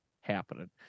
happening